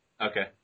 Okay